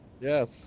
Yes